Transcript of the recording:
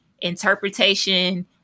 interpretation